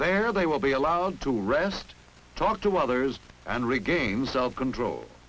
they will be allowed to rest talk to others and regain self control